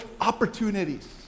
opportunities